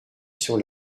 sur